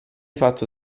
fatto